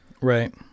right